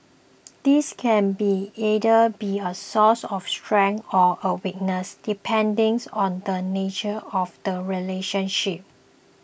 this can be either be a source of strength or a weakness depending on the nature of the relationship